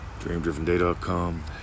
dreamdrivenday.com